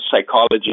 psychology